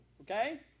Okay